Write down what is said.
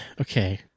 okay